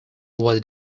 was